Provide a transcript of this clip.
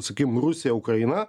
sakym rusija ukraina